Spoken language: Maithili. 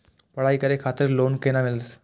पढ़ाई करे खातिर लोन केना मिलत?